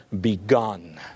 begun